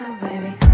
baby